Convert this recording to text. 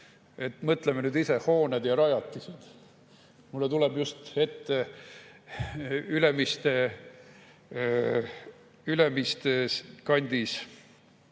Mõtleme nüüd ise – hooned ja rajatised. Mulle tuleb just ette Ülemiste kandis